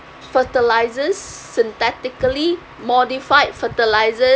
fertilizers synthetically modified fertilizer